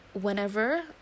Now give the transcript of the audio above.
whenever